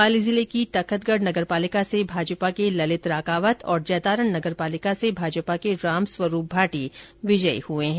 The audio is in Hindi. पाली जिले की तखतगढ़ नगरपालिका से भाजपा के ललित रांकावत और जैतारण नगरपालिका से भाजपा के रामस्वरूप भाटी विजयी हुए है